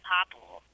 Popple